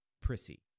Prissy